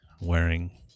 wearing